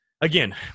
again